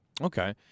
Okay